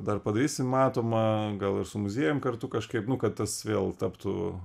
dar padarysim matomą gal ir su muziejum kartu kažkaip nu kad tas vėl taptų